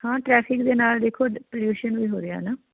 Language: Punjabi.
ਹਾਂ ਟਰੈਫਿਕ ਦੇ ਨਾਲ ਦੇਖੋ ਪੋਲਿਊਸ਼ਨ ਵੀ ਹੋ ਰਿਹਾ ਨਾ